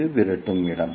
இது விரட்டும் இடம்